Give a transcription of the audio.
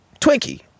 Twinkie